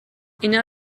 اینا